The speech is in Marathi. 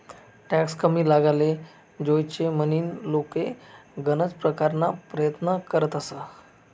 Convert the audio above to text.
टॅक्स कमी लागाले जोयजे म्हनीन लोके गनज परकारना परयत्न करतंस